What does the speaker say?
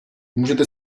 můžete